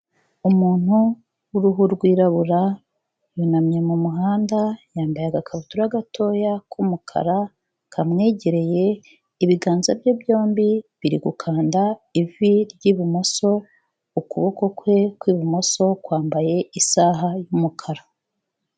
Umuntu w'uruhu rwirabura yunamye mu muhanda, yambaye agakabutura gatoya k'umukara kamwegereye, ibiganza bye byombi biri gukanda ivi ry'ibumoso, ukuboko kwe kw'ibumoso kwambaye isaha y'umukara.